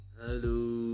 hello